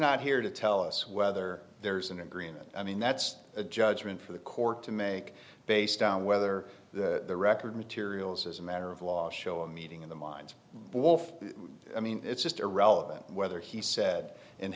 not here to tell us whether there's an agreement i mean that's a judgment for the court to make based on whether the record materials as a matter of law show a meeting of the minds i mean it's just irrelevant whether he said in